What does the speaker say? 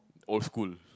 old school